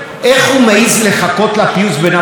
איך הוא מוכר את כל הדברים האלה לעם ישראל